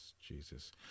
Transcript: Jesus